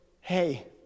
hey